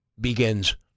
begins